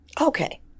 Okay